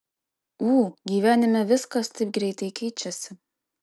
ū gyvenime viskas taip greitai keičiasi